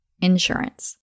insurance